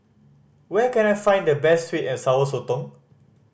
where can I find the best sweet and Sour Sotong